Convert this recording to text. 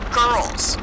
girls